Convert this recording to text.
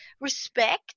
respect